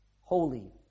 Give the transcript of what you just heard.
holy